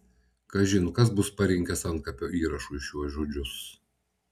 kažin kas bus parinkęs antkapio įrašui šiuos žodžius